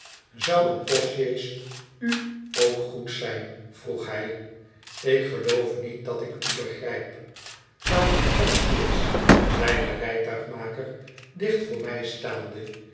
zou een postsjees u ook goed zijn vroeg hij ik geloof niet dat ik u begrijp zou een postsjees zei de rijtuigmaker dicht voor mij staande